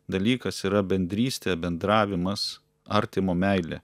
dalykas yra bendrystė bendravimas artimo meilė